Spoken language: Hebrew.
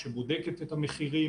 גבוה מהמחיר למגדל באיחוד האירופי ב-44%,